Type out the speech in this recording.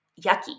yucky